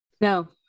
No